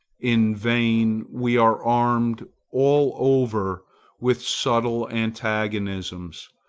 in vain. we are armed all over with subtle antagonisms,